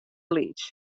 lyts